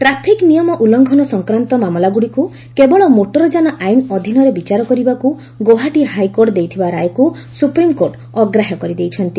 traffic ନିୟମ ଉଲ୍ଲଙ୍ଘନ ସଂକ୍ରାନ୍ତ ମାମଲାଗୁଡ଼ିକୁ କେବଳ ମୋଟର ଯାନ ଆଇନ ଅଧୀନରେ ବିଚାର କରିବାକୁ ଗୌହାଟୀ ହାଇକୋର୍ଟ ଦେଇଥିବା ରାୟକୁ ସୁପ୍ରିମ୍କୋର୍ଟ ଅଗ୍ରାହ୍ୟ କରିଦେଇଛନ୍ତି